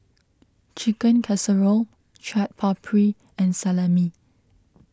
Chicken Casserole Chaat Papri and Salami